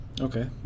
Okay